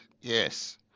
Yes